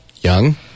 young